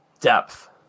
depth